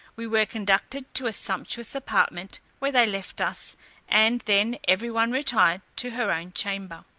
we were conducted to a sumptuous apartment, where they left us and then every one retired to her own chamber.